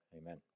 Amen